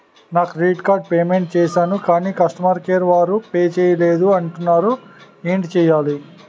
నా credit card payment చేసాను కాని కస్టమర్ కేర్ వారు పే చేయలేదు అంటున్నారు ఏంటి చేయాలి?